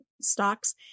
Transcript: stocks